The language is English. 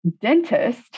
dentist